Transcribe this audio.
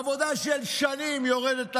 עבודה של שנים יורדת לטמיון,